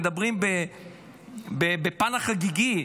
מדברים בפן החגיגי.